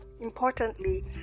Importantly